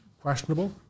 questionable